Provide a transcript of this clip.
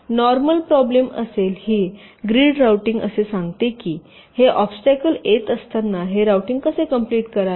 normal problem असेल ही grid routing असे सांगते की हे ऑब्स्टॅकल येत असताना हे राउटिंग कसे कंप्लिट करावे